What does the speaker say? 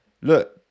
Look